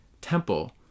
temple